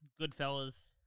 Goodfellas